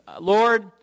Lord